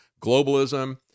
globalism